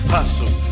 Hustle